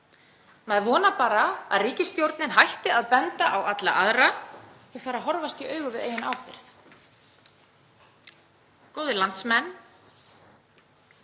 Maður vonar bara að ríkisstjórnin hætti að benda á alla aðra og fari að horfast í augu við eigin ábyrgð. Góðir landsmenn.